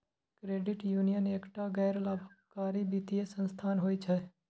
credit union एकटा गैर लाभकारी वित्तीय संस्थान होइ छै